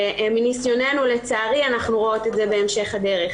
מניסיוננו, לצערי אנחנו רואות את זה בהמשך הדרך.